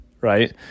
right